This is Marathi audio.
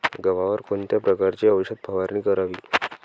गव्हावर कोणत्या प्रकारची औषध फवारणी करावी?